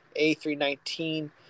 A319